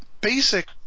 basic